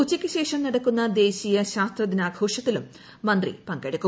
ഉച്ചയ്ക്ക് ശേഷം നടക്കുന്ന ദേശീയ ശാസ്ത്ര ദിനാഘോഷങ്ങളിലും മന്ത്രി പങ്കെടുക്കും